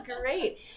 great